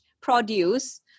produce